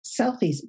selfies